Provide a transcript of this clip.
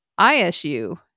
ISU